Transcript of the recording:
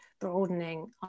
broadening